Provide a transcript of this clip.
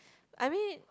I mean